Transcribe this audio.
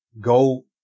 go